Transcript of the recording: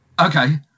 Okay